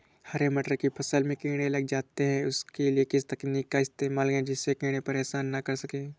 हरे मटर की फसल में कीड़े लग जाते हैं उसके लिए किस तकनीक का इस्तेमाल करें जिससे कीड़े परेशान ना कर सके?